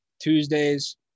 Tuesdays